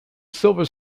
silver